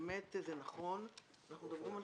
באמת זה נכון, אנחנו מדברים על